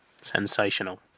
sensational